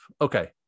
okay